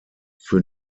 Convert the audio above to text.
für